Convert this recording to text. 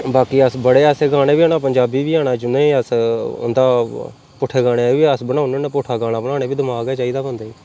बाकी अस बड़े ऐसे गाने बी हैन पंजाबी बी हैन जूनेंगी अस उं'दा पुट्ठे गाने दा बी अस बनाने होन्ने पुट्ठा गाना बनाने बी दमाग गै चाहिदा बन्दे गी